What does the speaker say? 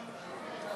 היהודי):